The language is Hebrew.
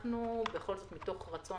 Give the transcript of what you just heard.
אנחנו בכל זאת, מתוך רצון